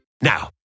Now